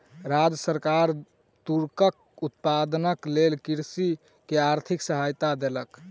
राज्य सरकार तूरक उत्पादनक लेल कृषक के आर्थिक सहायता देलक